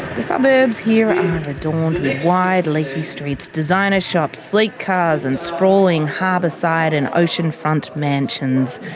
the suburbs here are adorned with wide leafy streets, designer shops, sleek cars and sprawling harbourside and ocean front mansions.